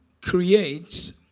creates